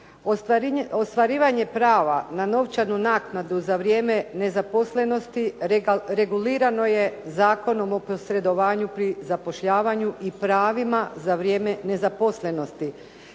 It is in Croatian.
Ostvarivanje prava na novčanu naknadu za vrijeme nezaposlenosti regulirano je Zakonom o posredovanju pri zapošljavanju i pravima za vrijeme nezaposlenosti